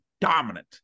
dominant